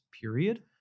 period